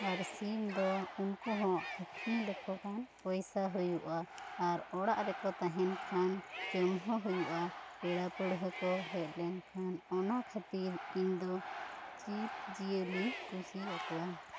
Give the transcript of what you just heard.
ᱟᱨ ᱥᱤᱢ ᱫᱚ ᱩᱱᱠᱩ ᱦᱚᱸ ᱟᱠᱷᱨᱤᱧ ᱞᱮᱠᱚ ᱠᱷᱟᱱ ᱯᱚᱭᱥᱟ ᱦᱩᱭᱩᱜᱼᱟ ᱟᱨ ᱚᱲᱟᱜ ᱨᱮᱠᱚ ᱛᱟᱦᱮᱱ ᱠᱷᱟᱱ ᱡᱚᱢ ᱦᱚᱸ ᱦᱩᱭᱩᱜᱼᱟ ᱯᱮᱲᱟ ᱯᱟᱹᱦᱲᱟᱹ ᱠᱚ ᱦᱮᱡ ᱞᱮᱱ ᱠᱷᱟᱱ ᱚᱱᱟ ᱠᱷᱟᱹᱛᱤᱨ ᱤᱧ ᱫᱚ ᱡᱤᱵ ᱡᱤᱭᱟᱹᱞᱤᱧ ᱠᱩᱥᱤᱭᱟᱠᱚᱣᱟ